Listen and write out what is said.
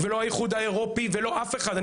לא האיחוד האירופי ולא אף אחד.